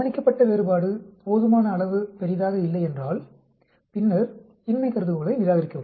கவனிக்கப்பட்ட வேறுபாடு போதுமான அளவு பெரிதாக இல்லையென்றால் பின்னர் இன்மை கருதுகோளை நிராகரிக்கவும்